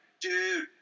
dude